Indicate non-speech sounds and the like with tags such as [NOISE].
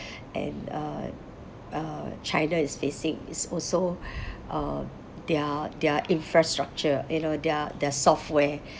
and uh uh china is facing is also [BREATH] uh their their infrastructure you know their their software